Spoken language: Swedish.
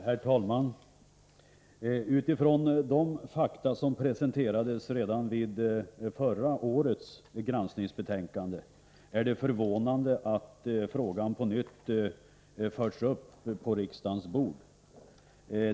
Herr talman! Utifrån de fakta som presenterades redan i förra årets granskningsbetänkande är det förvånande att frågan på nytt har förts upp på riksdagens bord.